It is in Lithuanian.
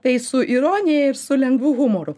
tai su ironija ir su lengvu humoru